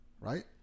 right